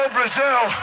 Brazil